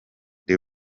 the